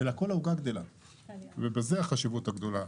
אלא כל העוגה גדלה ובזה החשיבות הגדולה